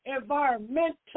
Environmental